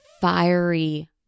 fiery